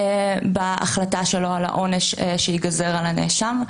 בהחלטה שלו על העונש שייגזר על הנאשם.